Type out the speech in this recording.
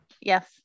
Yes